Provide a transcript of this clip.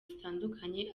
zitandukanye